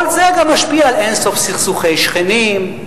כל זה גם משפיע על אין-סוף סכסוכי שכנים,